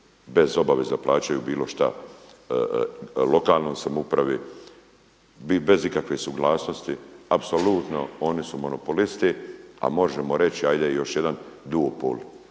bez obaveza plaćaju bilo šta lokalnoj samoupravi, bez ikakve suglasnosti. Apsolutno oni su monopolisti, a možemo reći ajde još jedan duopol